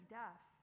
death